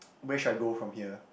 where should I go from here